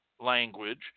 language